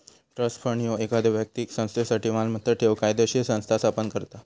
trust fund ह्यो एखाद्यो व्यक्तीक संस्थेसाठी मालमत्ता ठेवूक कायदोशीर संस्था स्थापन करता